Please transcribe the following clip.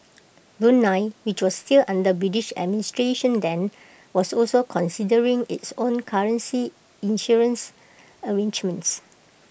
Brunei which was still under British administration then was also considering its own currency issuance arrangements